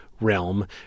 realm